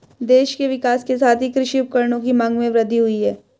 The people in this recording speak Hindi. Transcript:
देश के विकास के साथ ही कृषि उपकरणों की मांग में वृद्धि हुयी है